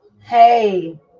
hey